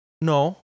no